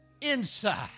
inside